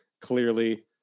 clearly